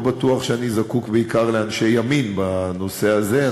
לא בטוח שאני זקוק בעיקר לאנשי ימין בנושא הזה,